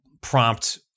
prompt